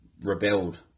rebelled